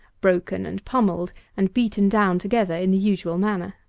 broken and pummelled, and beaten down together in the usual manner.